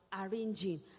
arranging